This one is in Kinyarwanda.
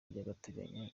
by’agateganyo